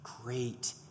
great